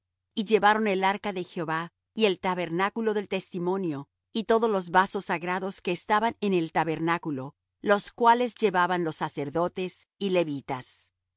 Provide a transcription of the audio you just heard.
y llevaron el arca de jehová y el tabernáculo del testimonio y todos los vasos sagrados que estaban en el tabernáculo los cuales llevaban los sacerdotes y levitas y